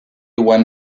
when